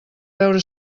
veure